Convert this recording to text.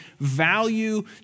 value